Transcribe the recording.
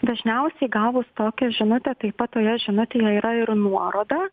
dažniausiai gavus tokią žinutę taip pat toje žinutėje yra ir nuoroda